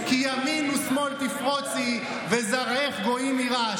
וגם על ההתיישבות בארץ ישראל: "הרחיבי מקום אׇהֳלֵךְ